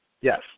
Yes